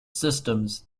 systems